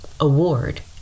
award